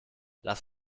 lass